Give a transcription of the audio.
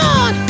on